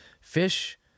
fish